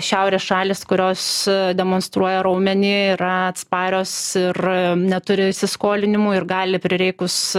šiaurės šalys kurios demonstruoja raumenį yra atsparios ir neturi įsiskolinimų ir gali prireikus